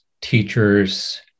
Teachers